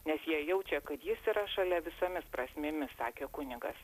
nes jie jaučia kad jis yra šalia visomis prasmėmis sakė kunigas